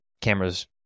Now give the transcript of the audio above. camera's